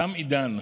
תם עידן.